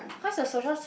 cause your socials